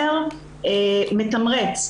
שהוא מתמרץ.